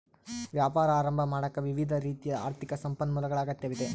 ವ್ಯಾಪಾರ ಆರಂಭ ಮಾಡಾಕ ವಿವಿಧ ರೀತಿಯ ಆರ್ಥಿಕ ಸಂಪನ್ಮೂಲಗಳ ಅಗತ್ಯವಿದೆ